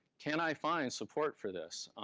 can i find support for this?